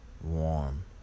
warm